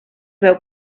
veu